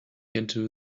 into